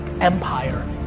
empire